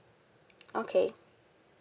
okay